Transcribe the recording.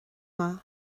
maith